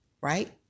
right